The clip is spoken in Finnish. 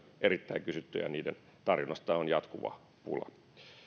keskuudessa erittäin kysyttyjä ja niiden tarjonnasta on jatkuva pula